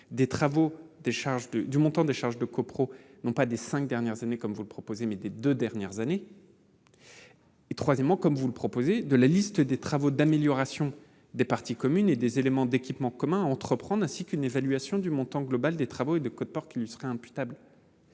des travaux et des charges de copropriété, non pas des cinq dernières années comme vous le proposez, mais des deux dernières années, doit être communiqué. Enfin, comme vous le proposez, la liste des travaux d'amélioration des parties communes et des éléments d'équipement commun à entreprendre ainsi qu'une évaluation du montant global des travaux et des quotes-parts qui seraient imputables